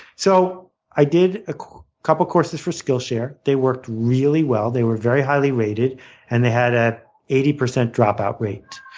so i did ah a couple courses for skillshare. they worked really well. they were very highly rated and they had an eighty percent dropout rate,